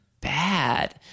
bad